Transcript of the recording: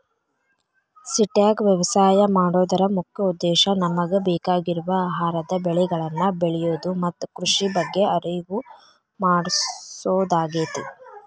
ಸಿಟ್ಯಾಗ ವ್ಯವಸಾಯ ಮಾಡೋದರ ಮುಖ್ಯ ಉದ್ದೇಶ ನಮಗ ಬೇಕಾಗಿರುವ ಆಹಾರದ ಬೆಳಿಗಳನ್ನ ಬೆಳಿಯೋದು ಮತ್ತ ಕೃಷಿ ಬಗ್ಗೆ ಅರಿವು ಮೂಡ್ಸೋದಾಗೇತಿ